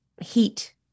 heat